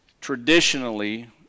traditionally